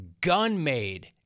gun-made